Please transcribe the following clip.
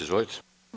Izvolite.